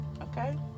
Okay